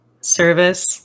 service